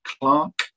Clark